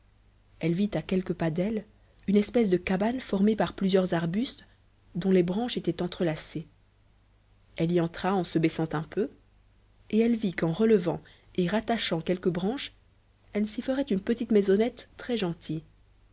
elle vit à quelques pas d'elle une espèce de cabane formée par plusieurs arbustes dont les branches étaient entrelacées elle y entra en se baissant un peu et elle vit qu'en relevant et rattachant quelques branches elle s'y ferait une petite maisonnette très gentille